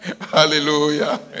Hallelujah